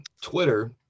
Twitter